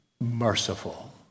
merciful